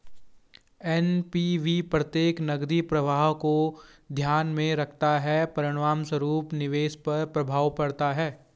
NPV प्रत्येक नकदी प्रवाह को ध्यान में रखता है, परिणामस्वरूप निवेश पर प्रभाव पड़ता है